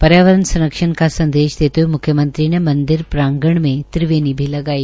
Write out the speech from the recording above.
पर्यावरण संरक्षण का सन्देश देते हुए मुख्यमंत्री ने मंदिर प्रांगण में त्रिवेणी भी लगाई